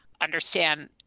understand